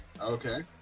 Okay